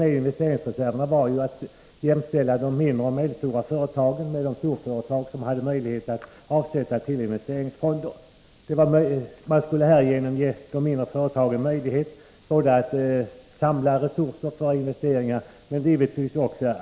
Med detta beslut går man emot den politiska majoriteten i Göteborgs skolstyrelse, som rekommenderade att endast en skola skulle erhålla statsbidrag. En rad jämlikhetsoch rättviseskäl kan anföras emot privatskolor för privilegierade grupper.